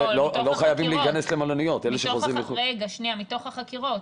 מתוך החקירות.